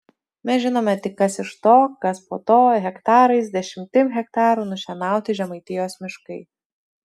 mes žinome tik kas iš to kas po to hektarais dešimtim hektarų nušienauti žemaitijos miškai